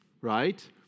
Right